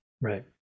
right